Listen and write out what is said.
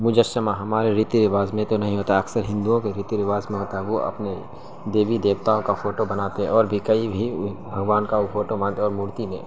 مجسمہ ہمارے ریتی رواج میں تو نہیں ہوتا ہے اکثر ہندوؤں کے ریتی رواج میں ہوتا ہے وہ اپنے دیوی دیوتاؤں کا فوٹو بناتے ہیں اور بھی کئی بھی بھگوان کا اور مورتی نہیں